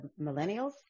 millennials